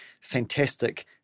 fantastic